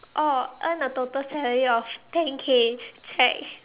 oh earn a total salary of ten K check